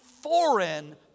foreign